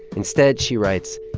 instead, she writes,